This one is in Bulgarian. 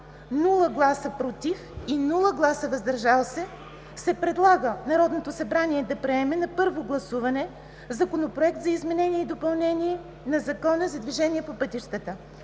„за“, без „против“ и „въздържали се“ предлага на Народното събрание да приеме на първо гласуване Законопроект за изменение и допълнение на Закона за движение по пътищата,